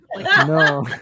No